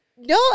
No